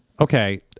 okay